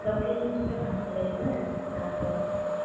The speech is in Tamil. லொக்கேஷன் மட்டும் அனுப்பிவிடுங்க நாங்களே வந்து தரோம்